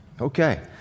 Okay